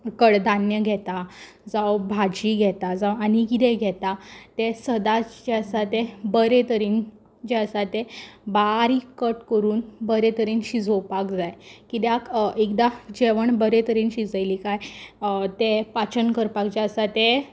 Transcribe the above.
कडधान्य घेता जावं भाजी घेता जावं आनी कितें घेता तें सदांच जें आसा तें बरें तरेन जें आसा तें बारीक कट करून बरें तरेन शिजोवपाक जाय कित्याक एकदां जेवण बरें तरेन शिजयलें काय तें पाचन करपाक जें आसा तें